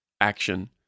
action